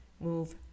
move